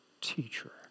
teacher